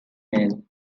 mail